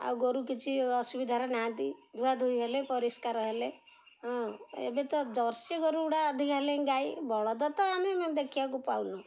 ଆଉ ଗୋରୁ କିଛି ଅସୁବିଧାରେ ନାହାନ୍ତି ଧୁଆ ଧୁଇ ହେଲେ ପରିଷ୍କାର ହେଲେ ହଁ ଏବେ ତ ଜର୍ସିି ଗୋରୁ ଗୁଡ଼ା ଅଧିକା ହେଲେ ହିଁ ଗାଈ ବଳଦ ତ ଆମେ ଦେଖିବାକୁ ପାଉନୁ